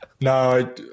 No